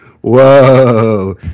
Whoa